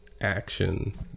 Action